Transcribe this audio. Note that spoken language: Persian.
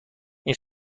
این